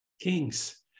Kings